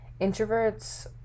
introverts